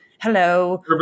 hello